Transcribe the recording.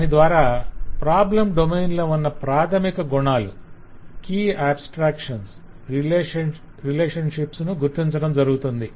దాని ద్వారా problem domain లో ఉన్న ప్రాధమిక గుణాలు కీ ఆబ్స్ట్రాక్షన్స్ రిలేషనషిప్స్ ను గుర్తించటం జరుగుతుంది